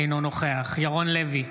אינו נוכח ירון לוי,